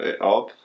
up